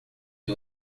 que